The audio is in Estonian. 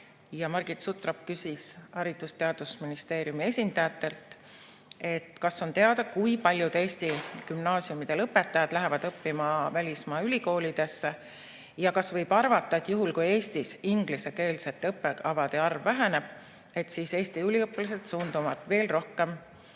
Margit Sutrop küsis Haridus- ja Teadusministeeriumi esindajatelt, kas on teada, kui paljud Eesti gümnaasiumide lõpetajad lähevad õppima välismaa ülikoolidesse. Kas võib arvata, et juhul kui Eestis ingliskeelsete õppekavade arv väheneb, siis Eesti üliõpilased suunduvad veel rohkem